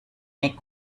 make